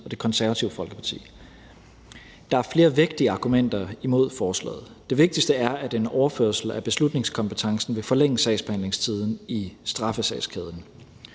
og Det Konservative Folkeparti. Der er flere vægtige argumenter imod forslaget, og det vigtigste er, at en overførsel af beslutningskompetencen vil forlænge sagsbehandlingstiden i straffesagskæden.